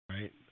Right